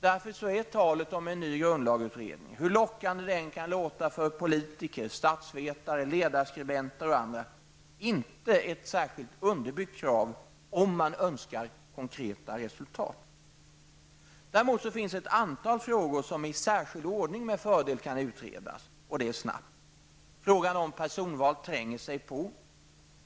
Därför är talet om en ny grundlagsutredning, hur lockande det än kan låta för politiker, statsvetare, ledarskribenter och andra, inte särskilt underbyggt om man önskar konkreta resultat. Däremot finns det ett antal frågor som i särskild ordning med fördel kan utredas, och det snabbt. Frågan om personval tränger sig på.